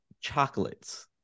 chocolates